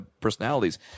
personalities